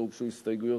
לא הוגשו הסתייגויות,